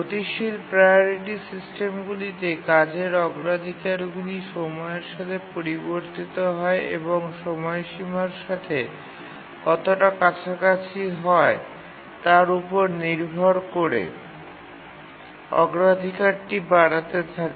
গতিশীল প্রাওরিটি সিস্টেমগুলিতে কাজের অগ্রাধিকারগুলি সময়ের সাথে পরিবর্তিত হয় এবং সময়সীমার সাথে কতটা কাছাকাছি হয় তার উপর নির্ভর করে অগ্রাধিকারটি বাড়তে থাকে